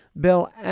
Bill